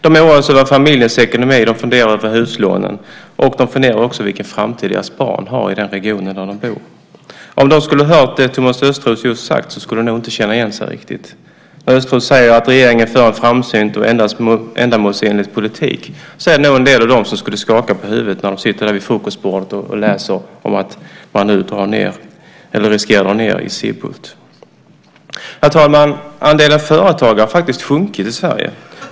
De oroar sig över familjens ekonomi. De funderar över huslånen. De funderar också över vilken framtid deras barn har i den region där de bor. Om de skulle ha hört det Thomas Östros just sagt skulle de nog inte känna igen sig riktigt. Östros säger att regeringen för en framsynt och ändamålsenlig politik. Det är nog en del av dem som skulle skaka på huvudet när de sitter vid frukostbordet och läser om att man nu riskerar att dra ned i Sibbhult. Herr talman! Andelen företagare har faktiskt sjunkit i Sverige.